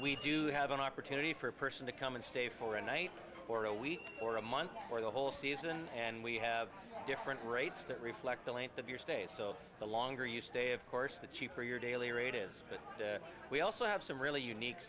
we do have an opportunity for a person to come and stay for a night for a week or a month for the whole season and we have different rates that reflect the length of your stay so the longer you stay of course the cheaper your daily rate is but we also have some really unique